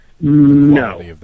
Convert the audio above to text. No